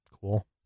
cool